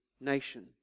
nation